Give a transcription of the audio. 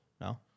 No